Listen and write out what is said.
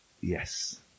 yes